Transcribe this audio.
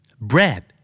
Bread